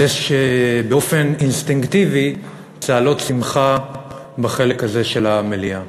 אז יש באופן אינסטינקטיבי צהלות שמחה בחלק הזה של המליאה.